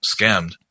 scammed